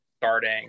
starting